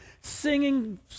singing